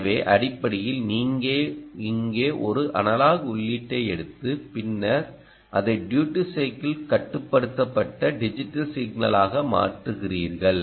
எனவே அடிப்படையில் நீங்கள் இங்கே ஒரு அனலாக் உள்ளீட்டை எடுத்து பின்னர் அதை ட்யூடி சைக்கிள் கட்டுப்படுத்தப்பட்ட டிஜிட்டல் சிக்னலாக மாற்றுகிறீர்கள்